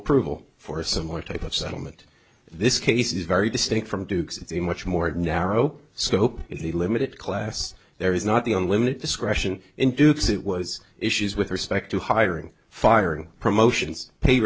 approval for a similar type of settlement this case is very distinct from duke's it's a much more narrow scope the limited class there is not the unlimited discretion in dukes it was issues with respect to hiring firing promotions pay